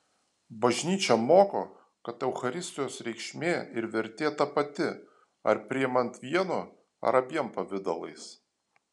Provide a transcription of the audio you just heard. bažnyčia moko kad eucharistijos reikšmė ir vertė ta pati ar priimant vienu ar abiem pavidalais